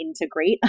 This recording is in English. integrate